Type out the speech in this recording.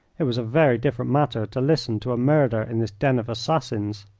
it was a very different matter to listen to a murder in this den of assassins.